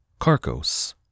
Carcos